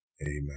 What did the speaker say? Amen